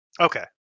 Okay